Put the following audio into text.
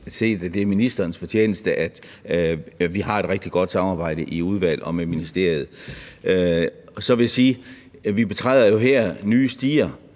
set, det er ministerens fortjeneste, at vi har et rigtig godt samarbejde i udvalget og med ministeriet. Så vil jeg sige, at vi jo her betræder nye stier,